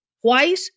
White